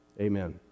Amen